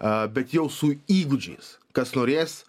a bet jau su įgūdžiais kas norės